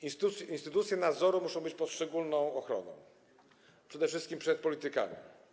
Instytucje nadzoru muszą być pod szczególną ochroną, przede wszystkim przed politykami.